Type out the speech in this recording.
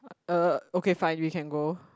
uh okay fine we can go